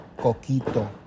coquito